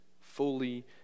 fully